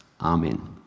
Amen